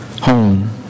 home